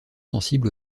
sensible